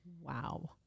Wow